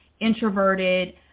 introverted